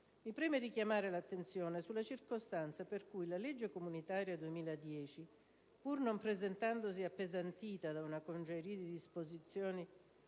mi preme richiamare l'attenzione sulla circostanza per cui la legge comunitaria 2010 - pur non presentandosi appesantita da una congerie di disposizioni